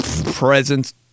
presence